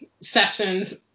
sessions